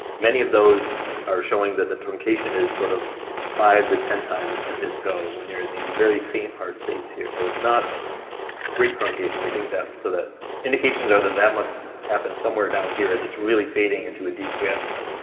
many of those are showing that the truncation is sort of five to ten times the isco when you're in these very faint hard states here, so it's not great truncation we think that, so that indications are that that must happen somewhere down here is it's really fading into a deep quiescence.